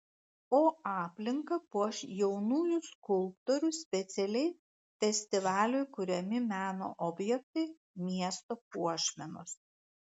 o aplinką puoš jaunųjų skulptorių specialiai festivaliui kuriami meno objektai miesto puošmenos